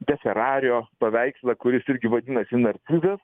be ferario paveikslą kuris irgi vadinasi narcizas